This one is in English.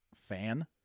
fan